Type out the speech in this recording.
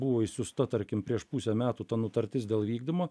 buvo išsiųsta tarkim prieš pusę metų ta nutartis dėl vykdomo